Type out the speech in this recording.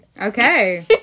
Okay